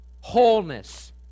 wholeness